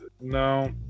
No